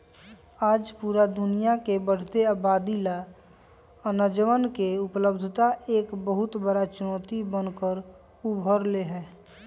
आज पूरा दुनिया के बढ़ते आबादी ला अनजवन के उपलब्धता एक बहुत बड़ा चुनौती बन कर उभर ले है